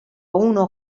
uno